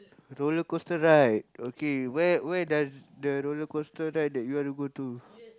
roller-coaster ride okay where where does the roller-coaster ride that you want to go to